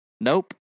Nope